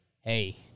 hey